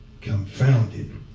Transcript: confounded